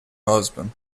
husband